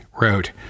wrote